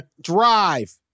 drive